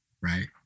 right